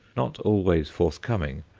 not always forthcoming,